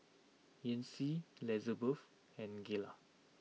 Yancy Lizabeth and Gayla